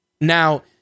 Now